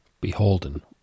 Beholden